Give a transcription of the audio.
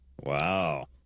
Wow